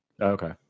Okay